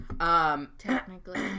Technically